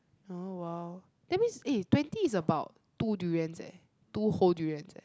orh !wow! that means eh twenty is about two durians eh two whole durians eh